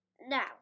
Now